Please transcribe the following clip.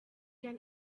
can